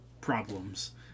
problems